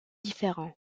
différents